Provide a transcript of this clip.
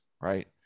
right